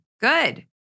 good